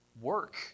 work